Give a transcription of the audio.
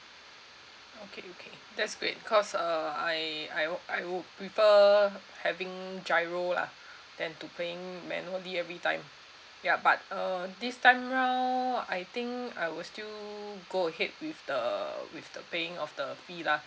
okay okay that's great cause uh I I I'll prefer having giro lah than to paying manually every time ya but uh this time round I think I will still go ahead with the with the paying of the fee lah